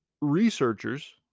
researchers